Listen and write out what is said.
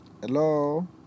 Hello